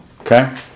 Okay